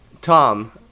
Tom